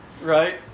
right